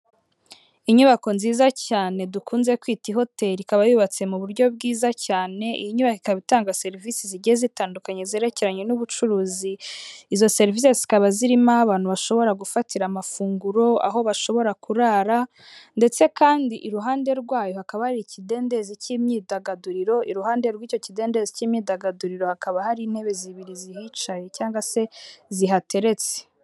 Inyubako nziza cyane dukunze kwita ihoteli ikaba yubatse mu buryo bwiza cyane iyi nyubakoba itanga serivisi zigiye zitandukanye zerekeranye n'ubucuruzi izo serivisi zikaba zirimo abantu bashobora gufatira amafunguro, aho bashobora kurara ndetse kandi iruhande rwayo hakaba ari ikidendezi cy'imyidagaduro iruhande rw'icyo kidendezizi cy'imyidagaduro hakaba hari intebe zibiri zihicaye cyangwa se zihateretse.